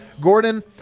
Gordon